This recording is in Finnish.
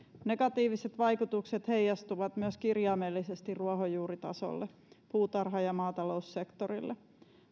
negatiiviset vaikutukset heijastuvat myös kirjaimellisesti ruohonjuuritasolle puutarha ja ja maataloussektorille